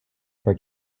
for